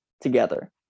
together